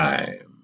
Time